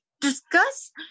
discuss